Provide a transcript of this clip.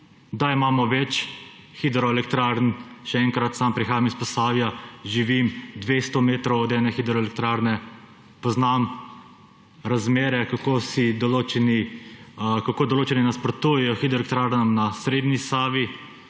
da imamo več hidroelektrarn. Še enkrat, sam prihajam iz Posavja, živim 200 metrov od ene hidroelektrarne, poznam razmere, kako določeni nasprotujejo hidroelektrarnam na srednji Savi,